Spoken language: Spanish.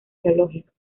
geológicos